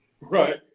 right